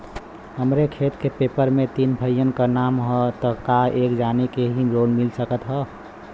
हमरे खेत के पेपर मे तीन भाइयन क नाम ह त का एक जानी के ही लोन मिल सकत ह?